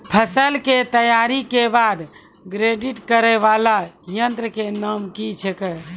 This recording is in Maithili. फसल के तैयारी के बाद ग्रेडिंग करै वाला यंत्र के नाम की छेकै?